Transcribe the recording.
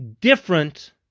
different